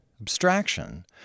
Abstraction